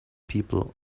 people